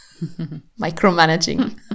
Micromanaging